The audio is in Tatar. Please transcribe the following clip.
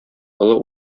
олы